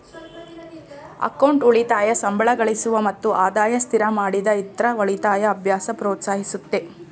account ಉಳಿತಾಯ ಸಂಬಳಗಳಿಸುವ ಮತ್ತು ಆದಾಯ ಸ್ಥಿರಮಾಡಿದ ಇತ್ರ ಉಳಿತಾಯ ಅಭ್ಯಾಸ ಪ್ರೋತ್ಸಾಹಿಸುತ್ತೆ